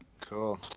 Cool